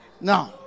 No